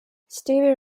stevie